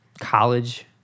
college